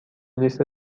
لیست